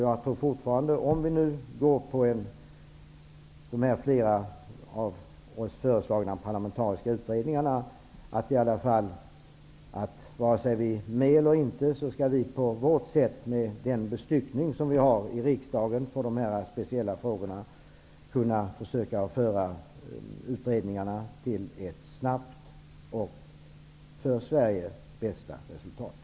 Jag tror fortfarande på de av oss föreslagna parlamentariska utredningarna. Vare sig vi är med eller inte skall vi i alla fall på vårt sätt, med den bestyckning som vi har i riksdagen i de här speciella frågorna, försöka att snabbt föra utredningarna till det för Sverige bästa resultatet.